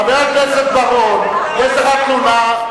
חבר הכנסת בר-און, יש לך תלונה.